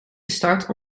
gestart